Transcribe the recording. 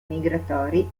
migratori